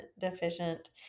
deficient